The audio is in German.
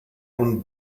und